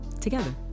together